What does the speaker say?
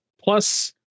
Plus